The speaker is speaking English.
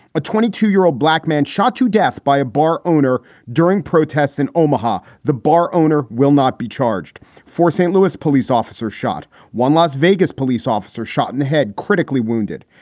a twenty two year old black man shot to death by a bar owner during protests in omaha. the bar owner will not be charged for st. louis. police officer shot one las vegas police officer shot in the head, critically wounded.